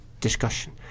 discussion